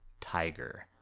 tiger